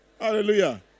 Hallelujah